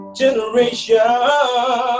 generation